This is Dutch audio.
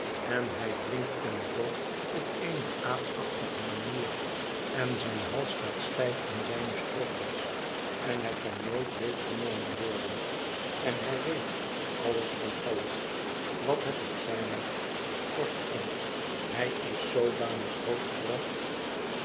en hij drinkt en rookt op eene aapachtige manier en zijn hals staat stijf in zijne stropdas en hij kan nooit beetgenomen worden en hij weet alles van alles wat het ook zijn mag kortom hij is zoodanig grootgebracht